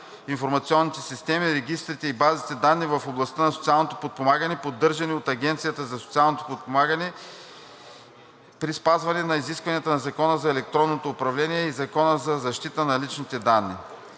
информационните системи, регистрите и базите данни в областта на социалното подпомагане, поддържани от Агенцията за социално подпомагане, при спазване на изискванията на Закона за електронното управление и Закона за защита на личните данни.